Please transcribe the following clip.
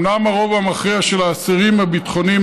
אומנם הרוב המכריע של האסירים הביטחוניים